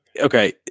Okay